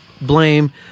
blame